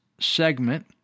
segment